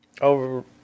Over